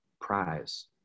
prize